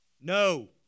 No